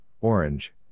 Orange